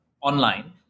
online